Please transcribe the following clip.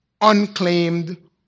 unclaimed